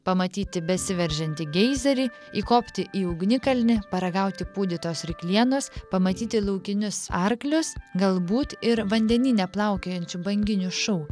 pamatyti besiveržiantį geizerį įkopti į ugnikalnį paragauti pūdytos ryklienos pamatyti laukinius arklius galbūt ir vandenyne plaukiojančių banginių šou